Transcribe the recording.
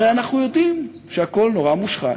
הרי אנחנו יודעים שהכול נורא מושחת,